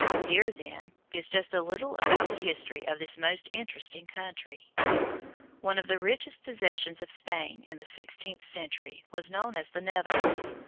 here, then, is just a little about the history of this most interesting country one of the richest possessions of spain in the sixteenth century was known as the netherlands.